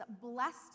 blessed